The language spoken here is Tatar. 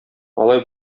алай